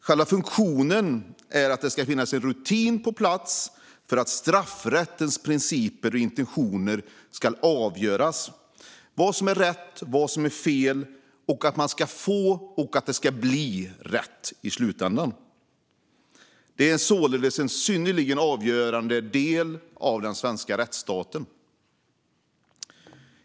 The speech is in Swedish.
Själva funktionen är att det ska finnas en rutin på plats för att straffrättens principer och intentioner ska avgöra vad som är rätt och fel. Man ska få, och det ska bli, rätt i slutändan. Det är således en synnerligen avgörande del av den svenska rättsstaten.